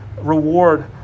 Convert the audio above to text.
reward